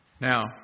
Now